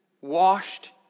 washed